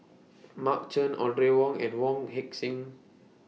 Mark Chan Audrey Wong and Wong Heck Sing